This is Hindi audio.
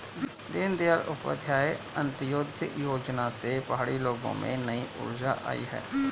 दीनदयाल उपाध्याय अंत्योदय योजना से पहाड़ी लोगों में नई ऊर्जा आई है